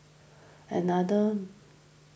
another